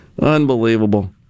Unbelievable